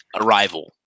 Arrival